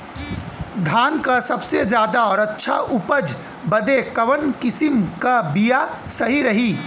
धान क सबसे ज्यादा और अच्छा उपज बदे कवन किसीम क बिया सही रही?